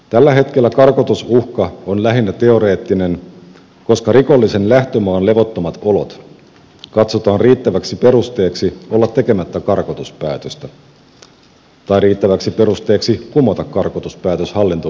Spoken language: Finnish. tällä hetkellä karkotusuhka on lähinnä teoreettinen koska rikollisen lähtömaan levottomat olot katsotaan riittäväksi perusteeksi olla tekemättä karkotuspäätöstä tai riittäväksi perusteeksi kumota karkotuspäätös hallinto oikeudessa